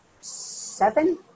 seven